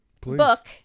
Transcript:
book